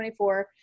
24